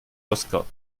oskar